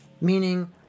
meaning